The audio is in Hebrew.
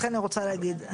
רק אני רוצה להגיד,